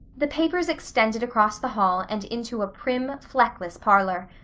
the papers extended across the hall and into a prim, fleckless parlor.